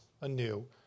anew